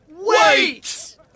wait